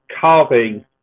carving